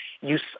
use